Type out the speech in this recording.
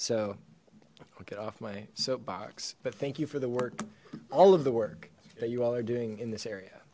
i'll get off my soapbox but thank you for the work all of the work that you all are doing in this area